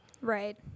Right